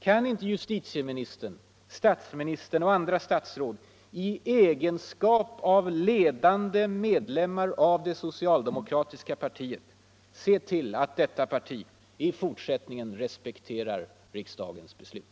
Kan inte justitieministern, statsministern och andra i egenskap av ledande medlem mar av det socialdemokratiska partiet se till att detta parti i fortsättningen respekterar riksdagens beslut?